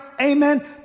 amen